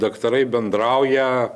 daktarai bendrauja